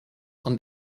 und